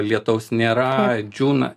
lietaus nėra džiūna